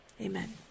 amen